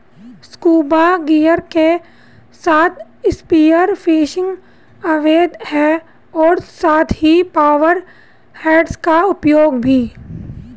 scuba gear के साथ spear fishing अवैध है और साथ ही पावर हेड्स का उपयोग भी